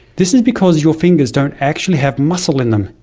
this is because your fingers don't actually have muscle in them.